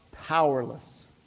powerless